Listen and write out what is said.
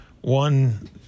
One-